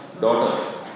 daughter